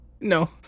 No